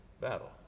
battle